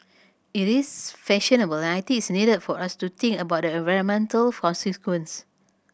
it is fashionable and I think it is needed for us to think about the environmental consequence